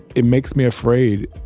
it makes me afraid,